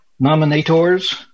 nominators